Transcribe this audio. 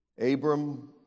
Abram